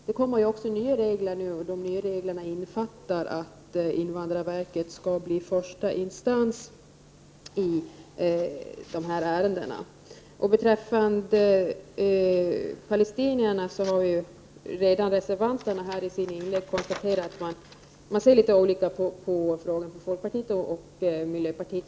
Det kommer också nya regler, som innebär att invandrarverket skall bli första instans i de här ärendena. Beträffande palestinierna har redan reservanterna här i sina inlägg konstaterat att man ser litet olika på frågan i folkpartiet och miljöpartiet.